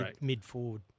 mid-forward